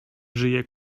żyje